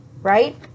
right